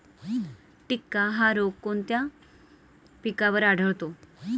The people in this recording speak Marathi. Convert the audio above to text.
टिक्का हा रोग कोणत्या पिकावर आढळतो?